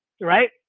right